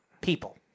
people